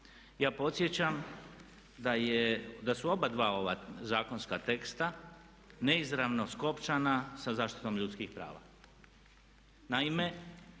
Ja podsjećam da su oba ova zakonska teksta neizravno skopčana sa zaštitom ljudskih prava. Naime,